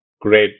great